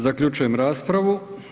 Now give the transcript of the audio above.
Zaključujem raspravu.